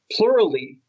plurally